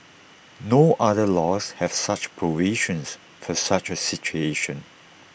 no other laws have such provisions for such A situation